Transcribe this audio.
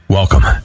Welcome